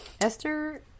Esther